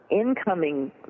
incoming